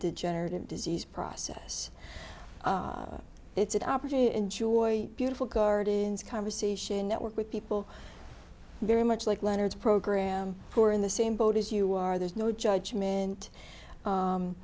degenerative disease process it's an opportunity to enjoy beautiful gardens conversation network with people very much like leonard's program who are in the same boat as you are there's no judgment